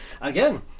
again